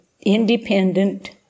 independent